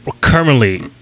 currently